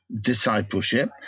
discipleship